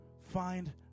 find